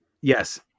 Yes